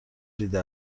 دیده